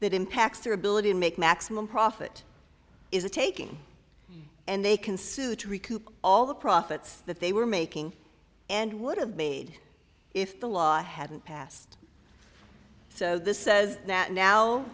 that impacts their ability to make maximum profit is a taking and they can sue to recoup all the profits that they were making and would have made if the law hadn't passed so this says that now